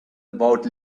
about